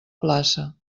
plaça